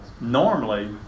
normally